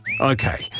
Okay